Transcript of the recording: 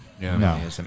No